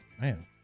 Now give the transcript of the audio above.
man